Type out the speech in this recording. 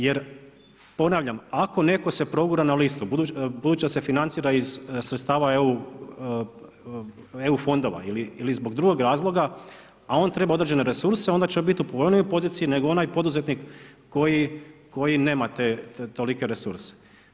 Jer ponavljam, ako neko se progura na listu, budući da se financira iz sredstava eu fondova ili iz drugog razloga, a on treba određene resurse onda će biti u povoljnijoj poziciji nego onaj poduzetnik koji nema tolike resurse.